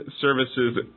Services